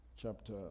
chapter